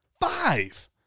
five